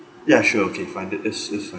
ya sure okay fine that that's that's fine